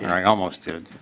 and i almost did.